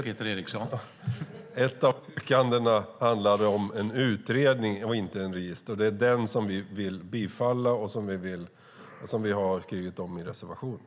Herr talman! Ja, men den handlade om en utredning och inte ett register. Det är den som vi vill bifalla och som vi har skrivit om i reservationen.